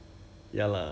and all that 是不是